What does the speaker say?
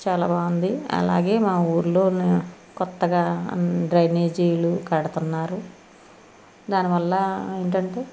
చాలా బాగుంది అలాగే మా ఊళ్ళో ఉన్న క్రొత్తగా డ్రైనేజీలు కడుతున్నారు దానివల్ల ఏంటంటే